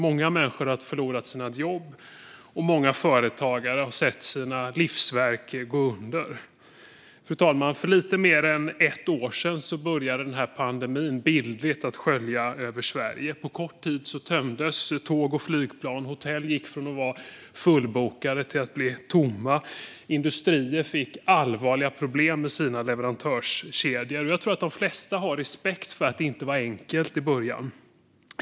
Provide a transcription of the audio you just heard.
Många människor har förlorat sina jobb, och många företagare har sett sina livsverk gå under. Fru talman! För lite mer än ett år sedan började den här pandemin bildligt att skölja över Sverige. På kort tid tömdes tåg och flygplan, hotell gick från att vara fullbokade till att bli tomma och industrier fick allvarliga problem med sina leverantörskedjor. Jag tror att det flesta har respekt för att det inte var enkelt i början.